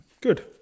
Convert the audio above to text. good